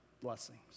blessings